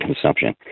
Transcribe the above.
consumption